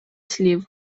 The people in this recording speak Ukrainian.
слів